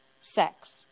sex